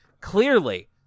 clearly